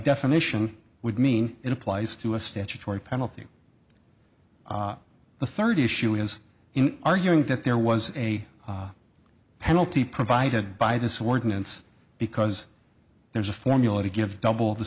definition would mean it applies to a statutory penalty the third issue is in arguing that there was a penalty provided by this ordinance because there's a formula to give double the